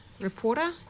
reporter